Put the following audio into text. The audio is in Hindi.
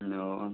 ओ